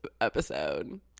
episode